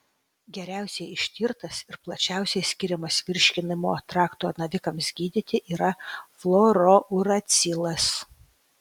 geriausiai ištirtas ir plačiausiai skiriamas virškinimo trakto navikams gydyti yra fluorouracilas